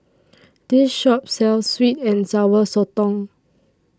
This Shop sells Sweet and Sour Sotong